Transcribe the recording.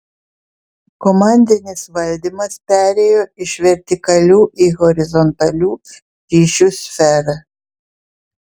komandinis valdymas perėjo iš vertikalių į horizontalių ryšių sferą